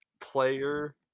player